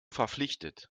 verpflichtet